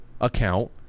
account